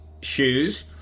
shoes